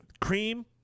cream